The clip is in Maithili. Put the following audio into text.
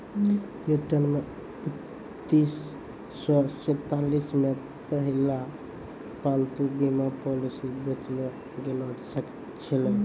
ब्रिटेनो मे उन्नीस सौ सैंतालिस मे पहिला पालतू बीमा पॉलिसी बेचलो गैलो छलै